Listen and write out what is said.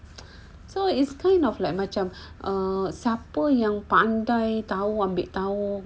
so it's kind of like macam siapa yang pandai tahu ambil tahu